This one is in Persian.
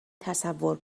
تصور